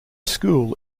school